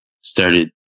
started